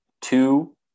two